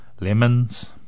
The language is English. lemons